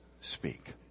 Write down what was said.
speak